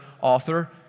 author